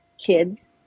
kids